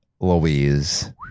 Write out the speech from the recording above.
Louise